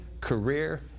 career